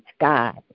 God